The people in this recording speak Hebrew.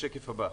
נעבור לשקף הבא.